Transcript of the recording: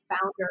founder